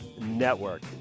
Network